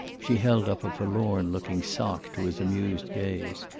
she held up a forlorn looking sock to his amused gaze.